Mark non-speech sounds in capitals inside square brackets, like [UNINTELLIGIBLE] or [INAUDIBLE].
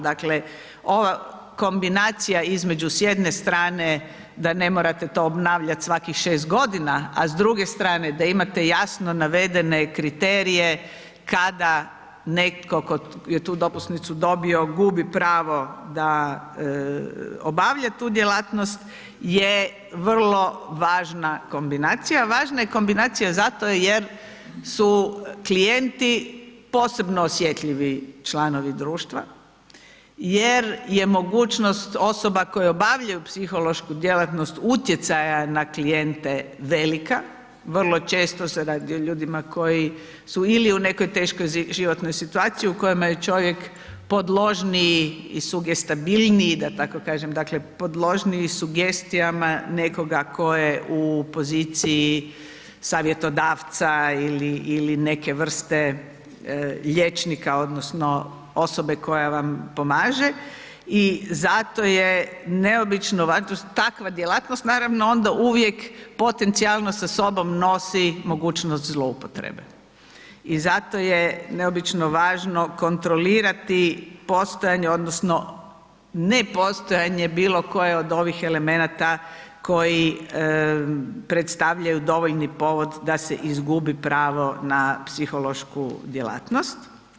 Dakle ova kombinacija između s jedne strane da ne morate to obnavljati svakih 6 g. a s druge strane da imate jasno navedene kriterije kada netko tko je tu dopusnicu dobio, gubi pravo da obavlja tu djelatnost je vrlo važna kombinacija a važna je kombinacija zato jer su klijenti posebno osjetljivi članovi društva jer je mogućnost osoba koje obavljaju psihološku djelatnost utjecaja na klijente velika, vrlo često se radi o ljudima koji su ili u nekoj teškoj životnoj situaciji, u kojima je čovjek podložniji i sugestibilniji da tako kažem, dakle podložniji sugestijama nekoga tko je u poziciji savjetodavca ili neke vrste liječnika odnosno osobe koja vam pomaže i zato je neobično ... [UNINTELLIGIBLE] takva djelatnost naravno onda uvijek potencijalno sa sobom nosi mogućnost zloupotrebe i zato je neobično važno kontrolirati postojanje odnosno nepostojanje bilokoje od ovih elemenata koji predstavljaju dovoljni povod da se izgubi pravo na psihološku djelatnost.